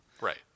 Right